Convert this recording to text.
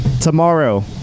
tomorrow